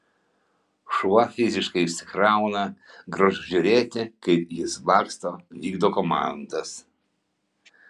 šuo fiziškai išsikrauna gražu žiūrėti kaip jis laksto vykdo komandas